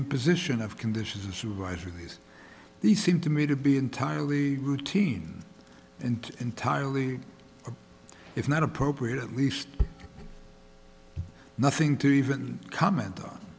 imposition of conditions you ride through these these seem to me to be entirely routine and entirely if not appropriate at least nothing to even comment on